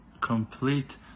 complete